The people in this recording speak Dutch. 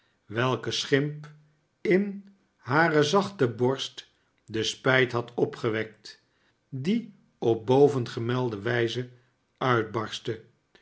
welke schimp m hare zachte borst de spijt had opgewekt die op de bovengemelde wijze uitbastte